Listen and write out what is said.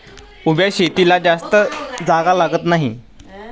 उभ्या शेतीला जास्त जागा लागत नाही